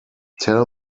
tell